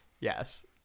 Yes